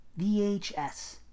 VHS